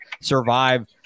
survive